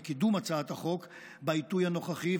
לקידום הצעת החוק בעיתוי הנוכחי,